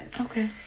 Okay